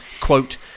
quote